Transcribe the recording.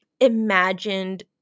imagined